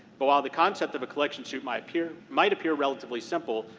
but while the concept of a collections suit might appear might appear relatively simple,